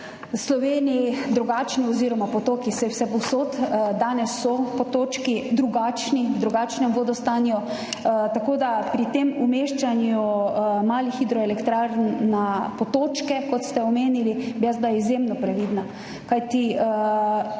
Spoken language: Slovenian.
potoki drugačni, saj so vsepovsod danes potočki drugačni, v drugačnem vodostaju, tako da pri tem umeščanju malih hidroelektrarn na potočke, kot ste omenili, bi bila jaz izjemno previdna,